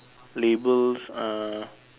labels uh